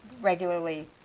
regularly